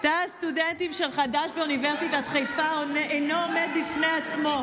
תא הסטודנטים של חד"ש באוניברסיטת חיפה אינו עומד בפני עצמו,